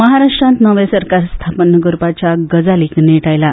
महाराष्ट्रांत नवें सरकार स्थापन करपाच्या गजालींक नेट आयला